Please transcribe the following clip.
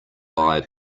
buy